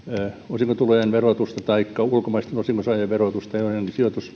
osinkotulojen verotusta taikka ulkomaisten osingonsaajien verotusta ja